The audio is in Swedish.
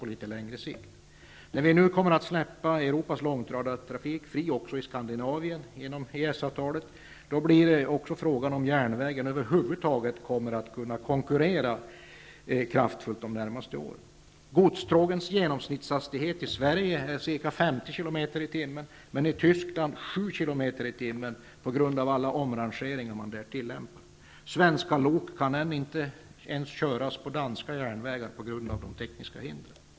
När vi nu genom EES-avtalet kommer att släppa Europas långtradartrafik fri också i Skandinavien, blir frågan om järnvägen över huvud taget kommer att kunna konkurrera kraftfullt under de närmaste åren. Godstågens genomsnittshastighet i Sverige är ca 50 km i timmen, men i Tyskland är den 7 km i timmen på grund av alla omrangeringar man där tillämpar. Svenska lok kan ännu inte ens köras på danska järnvägar på grund av de tekniska hindren.